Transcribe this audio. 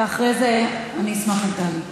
ואחרי זה אני אשמח אם תעלי.